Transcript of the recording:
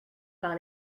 par